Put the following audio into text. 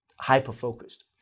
hyper-focused